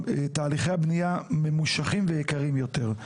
ותהליכי הבנייה נהיים ממושכים ויקרים יותר.